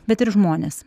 bet ir žmones